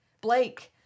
Blake